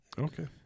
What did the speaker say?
Okay